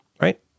right